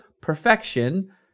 perfection